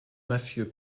mafieux